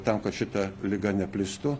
tam kad šita liga neplistų